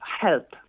help